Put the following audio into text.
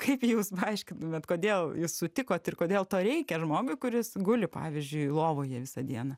kaip jūs paaiškintumėt kodėl sutikot ir kodėl to reikia žmogui kuris guli pavyzdžiui lovoje visą dieną